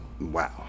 Wow